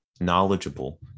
knowledgeable